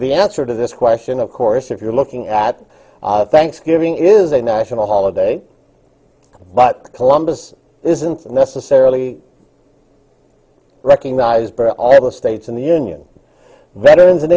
the answer to this question of course if you're looking at thanksgiving it is a national holiday but columbus isn't necessarily recognized states in the union veterans and